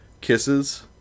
kisses